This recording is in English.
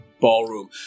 ballroom